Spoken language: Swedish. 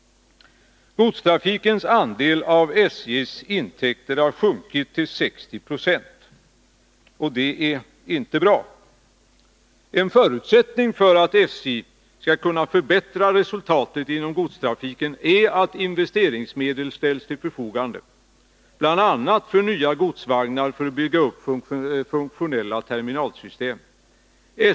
Godstrafikens andel av SJ:s intäkter har sjunkit till 60 96. Det är inte bra. En förutsättning för att SJ skall kunna förbättra resultatet inom godstrafiken är att investeringsmedel ställs till förfogande, bl.a. för nya godsvagnar och för att bygga funktionella terminalsystem.